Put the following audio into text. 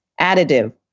additive